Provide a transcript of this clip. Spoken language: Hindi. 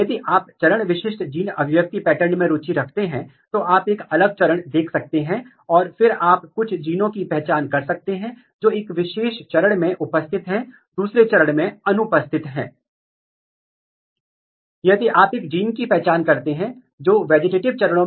लेकिन इस क्रॉसस्टॉक को कैसे स्थापित किया गया था उदाहरण के लिए अगर आप यहां देखें कि चार पाथवेज हैं फोटोपेरोड ऑटोनॉमस वर्नालाइज़ेशन और गिबरेलिक एसिड पाथवे और इन सभी मार्गों यह एक बहुत ही सरल तस्वीर है लेकिन ये पाथवेज काफी जटिल हैं और अंततः पुष्प ट्रांजिशन को नियंत्रित करते हैं